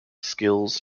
skills